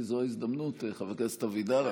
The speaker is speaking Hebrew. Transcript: כי זו ההזדמנות, חבר הכנסת אבידר.